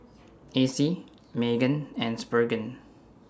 Acey Meggan and Spurgeon